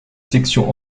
sections